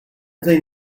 they